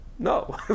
No